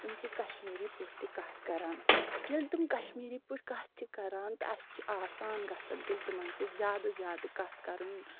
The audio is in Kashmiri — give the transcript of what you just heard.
تِم چھِ کَشمیٖری پٲٹھۍ تہِ کَتھ کران ییٚلہِ تِم کَشمیٖری پٲٹھۍ کَتھ چھِ کران تہٕ اَسہِ چھِ آسان گژھان تیٚلہِ تِمَن سۭتۍ زیادٕ کَتھ کَرُن